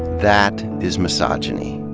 that is misogyny,